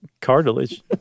cartilage